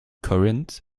corinth